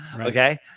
Okay